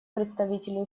представителю